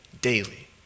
daily